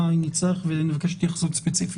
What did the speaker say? אם נצטרך ונבקש התייחסות ספציפית.